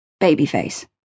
Babyface